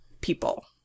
people